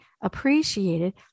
appreciated